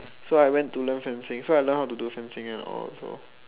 so I went to learn fencing so I learn how to do fencing and all also